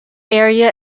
area